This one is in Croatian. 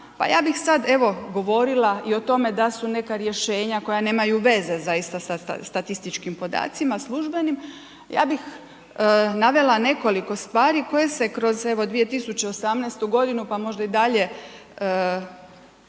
Pa ja bih sad evo govorila i o tome da su neka rješenja koja nemaju veze zaista sa statističkim podacima službenim, ja bih navela nekoliko stvari koje se kroz evo 2018. godinu, pa možda i dalje